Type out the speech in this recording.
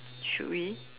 should we